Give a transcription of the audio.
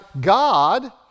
God